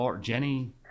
Jenny